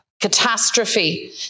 catastrophe